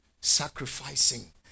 sacrificing